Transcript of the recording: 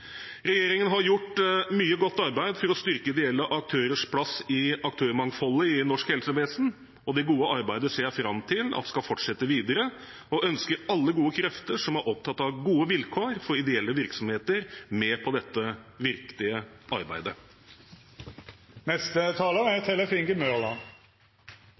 Regjeringen har gjort mye godt arbeid for å styrke ideelle aktørers plass i aktørmangfoldet i norsk helsevesen. Det gode arbeidet ser jeg fram til skal fortsette videre, og ønsker alle gode krefter som er opptatt av gode vilkår for ideelle virksomheter, med på dette viktige arbeidet. Dette representantforslaget er